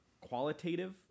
qualitative